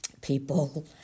People